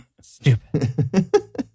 Stupid